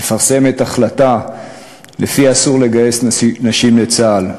מפרסמת החלטה שלפיה אסור לגייס נשים לצה"ל.